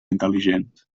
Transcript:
intel·ligents